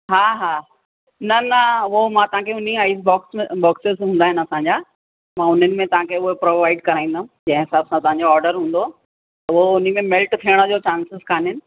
हा हा न न उहो मां तव्हांखे उन्हीअ आइस बॉक्स में बॉक्सिसि हूंदा आहिनि असांजा मां उन्हनि में तव्हां खां उहे प्रोवाइड कराईंदमि जंहिं हिसाब सां तव्हांजो ऑडर हूंदो उहो हुन में मेल्ट थियण जो चांसिस काननि